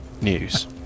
news